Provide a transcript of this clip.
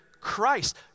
Christ